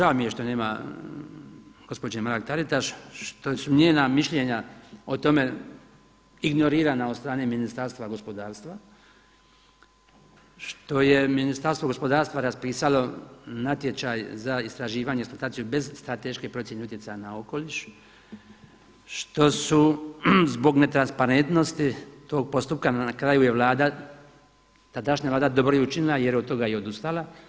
Žao mi je što nema gospođe Mrak-Taritaš, što su njena mišljenja o tome ignorirana od strane Ministarstva gospodarstva, što je Ministarstvo gospodarstva raspisalo natječaj za istraživanje, eksploataciju bez strateške procjene utjecaja na okoliš, što su zbog netransparentnosti tog postupka na kraju je Vlada, tadašnja Vlada dobro i učinila jer od toga je odustala.